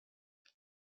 چجوری